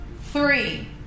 Three